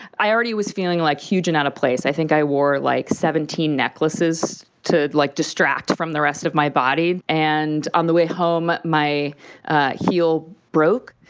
i already was feeling like huge and out of place. i think i wore like seventeen necklaces to, like, distract from the rest of my body. and on the way home, my ah heel broke.